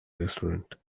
restaurant